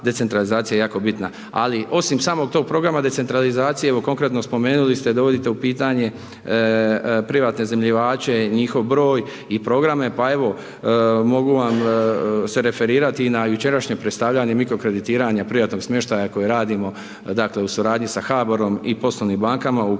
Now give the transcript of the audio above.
decentralizacija jako bitna, ali osim samog tog programa decentralizacije, evo konkretno spomenuli ste da dovodite u pitanje privatne iznajmljivače i njihov broj i programe, pa evo mogu vam se referirati i na jučerašnje predstavljanje mikro kreditiranje privatnog smještaja koje radimo, dakle, u suradnji sa HABOR-om i poslovnim bankama u kojem